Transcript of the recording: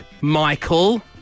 Michael